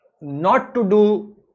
not-to-do